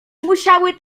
musiały